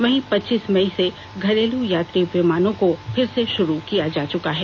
वहीं पच्चीस मई से घरेलू यात्री उड़ानों को फिर से शुरू किया जा चुका है